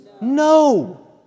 No